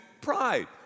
pride